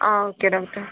ആ okay doctor